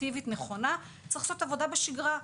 אפקטיבית ונכונה צריך לעשות עבודה בשגרה,